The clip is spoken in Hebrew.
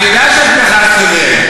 אני יודע שאת התייחסת לזה.